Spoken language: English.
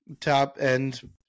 top-end